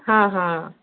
ହଁ ହଁ